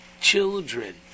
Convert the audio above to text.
children